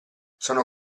sono